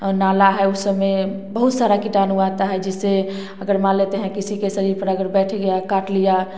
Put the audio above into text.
नाला है उन सब में बहुत सारा कीटाणु आता हैं जिसे अगर मान लेते हैं जिसमें के शरीर पर अगर बैठ गया काट लिया